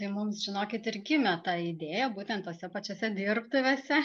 tai mums žinokit ir gimė ta idėja būtent tose pačiose dirbtuvėse